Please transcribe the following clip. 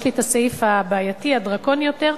יש הסעיף הבעייתי, הדרקוני יותר,